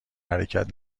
حرکت